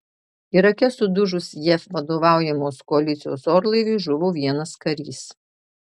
irake sudužus jav vadovaujamos koalicijos orlaiviui žuvo vienas karys